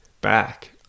back